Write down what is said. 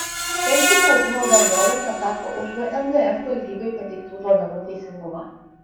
pensijų kaupimo bendrovės atsako už vsdf valdybai pateiktų duomenų teisingumą